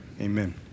Amen